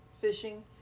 fishing